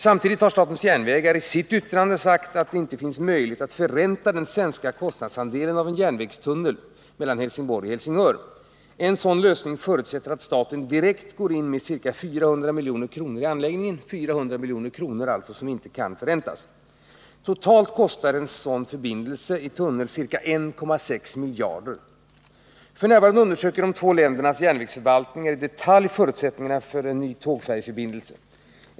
Samtidigt har statens järnvägar i sitt yttrande framhållit att det inte finns möjlighet att förränta den svenska andelen av kostnaderna för en järnvägstunnel mellan Helsingborg och Helsingör. En sådan lösning förutsätter att staten direkt går in med ca 400 milj.kr. i anläggningen. Totalt kostar en enspårsförbindelse i tunnel ca 1,6 miljarder kronor. F. n. undersöker de två ländernas järnvägsförvaltningar i detalj förutsättningarna för en ny tågfärjeförbindelse.